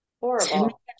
horrible